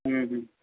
हम्म हम्म